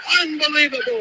unbelievable